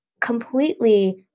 completely